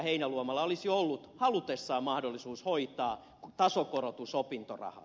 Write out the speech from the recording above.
heinäluomalla olisi ollut halutessaan mahdollisuus hoitaa tasokorotus opintorahaan